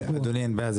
אדוני, אין בעיה.